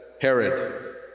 Herod